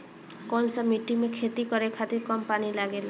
कौन सा मिट्टी में खेती करे खातिर कम पानी लागेला?